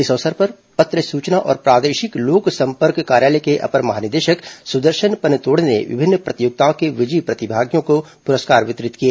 इस अवसर पर पत्र सूचना और प्रादेशिक लोकसपर्क कार्यालय के अपर महानिदेशक सुदर्शन पनतोड़े ने विभिन्न प्रतियोगिताओं के विजयी प्रतिभागियों को पुरस्कार वितरित किए